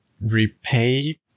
repay